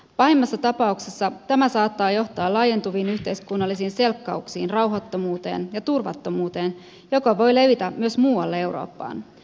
pahimmassa tapauksessa tämä saattaa johtaa laajentuviin yhteiskunnallisiin selkkauksiin rauhattomuuteen ja turvattomuuteen joka voi levitä myös muualle eurooppaan